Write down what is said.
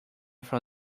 from